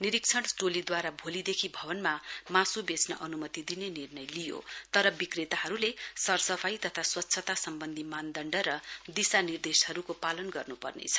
निरीक्षण टोलीद्वारा भोलिदेखि भवनमा मासु वेच्न अनुमति दिने निर्णय लिइयो तर विक्रेताहरुले सरसफाई तथा स्वच्छता सम्वन्धी मानदण्ड र दिशानिर्देहरुको पालन गर्नुपर्नेछ